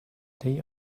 day